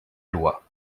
loi